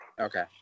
Okay